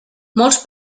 molts